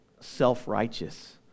self-righteous